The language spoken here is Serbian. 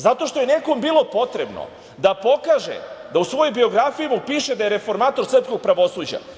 Zato što je nekom bilo potrebo da pokaže da u svojoj biografiji piše da je reformator sprskog pravosuđa.